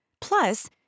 Plus